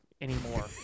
anymore